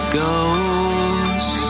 goes